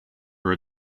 are